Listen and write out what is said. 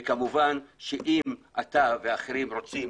וכמובן שאם אתה ואחרים רוצים